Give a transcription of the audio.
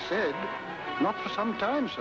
said not for some time